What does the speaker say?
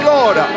Lord